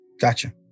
Gotcha